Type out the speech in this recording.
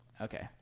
Okay